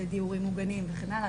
לדיורים מוגנים וכן הלאה,